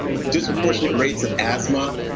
disproportionate rates of asthma.